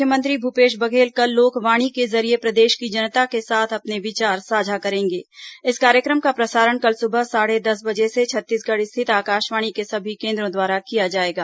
मुख्यमंत्री भूपेश बघेल कल लोकवाणी के जरिये प्रदेश की जनता के साथ अपने विचार साझा करेंगे इस कार्यक्रम का प्रसारण कल सुबह साढ़े दस बजे से छत्तीसगढ़ स्थित आकाशवाणी के सभी केन्द्रों द्वारा किया जाएगा